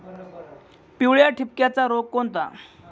पिवळ्या ठिपक्याचा रोग कोणता?